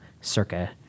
circa